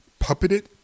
puppeted